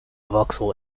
vauxhall